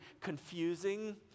confusing